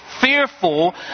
fearful